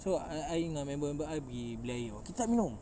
so I I dengan member member I we blare you know kita nak minum